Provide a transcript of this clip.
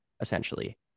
essentially